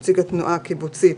נציג התנועה הקיבוצית,